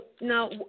now